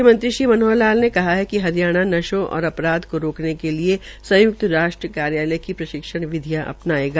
मुख्यमंत्री श्री मनोहर लाल ने कहा है कि हरियाणा नशों और अपराध को रोकने के लिये संयुक्त राष्ट्र कार्यालय की प्रशिक्षण विधियां अपनायेगा